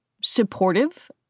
supportive